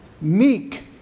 meek